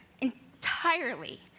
entirely